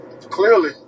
Clearly